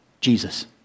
Jesus